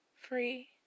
free